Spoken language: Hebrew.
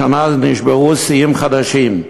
השנה נשברו שיאים חדשים: